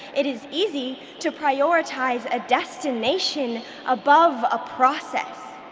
it is easy to prioritize a destination above a process.